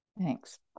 Thanks